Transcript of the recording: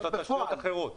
יש לה תשתיות אחרות.